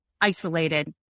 isolated